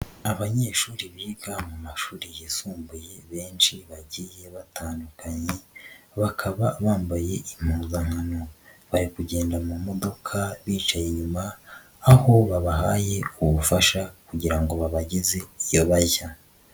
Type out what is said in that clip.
Abanyeshuri biga mu mashuri yisumbuye benshi bagiye batandukanye, bakaba bambaye impuzankano. Bari kugenda mu modoka bicaye inyuma aho babahaye ubufasha kugira ngo babageze iyo bajya.